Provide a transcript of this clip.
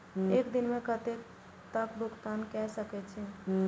एक दिन में कतेक तक भुगतान कै सके छी